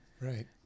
right